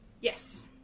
yes